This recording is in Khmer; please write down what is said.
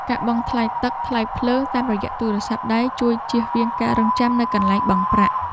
ការបង់ថ្លៃទឹក ថ្លៃភ្លើង តាមរយៈទូរស័ព្ទដៃ ជួយចៀសវាងការរង់ចាំនៅកន្លែងបង់ប្រាក់។